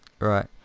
Right